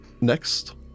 Next